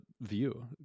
view